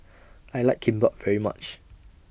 I like Kimbap very much